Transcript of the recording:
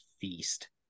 feast